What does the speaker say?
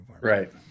right